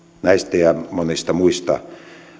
näistä ja monista muista